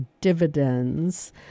dividends